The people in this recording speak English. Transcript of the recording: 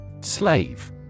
Slave